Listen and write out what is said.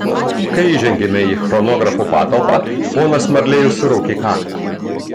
kai įžengėme į chronografo patalpą ponas marlėjus suraukė kaktą